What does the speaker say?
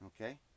Okay